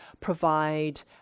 provide